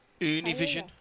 Univision